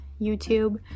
YouTube